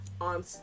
On